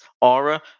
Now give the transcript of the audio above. aura